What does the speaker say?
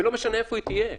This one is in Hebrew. ולא משנה איפה היא תהיה,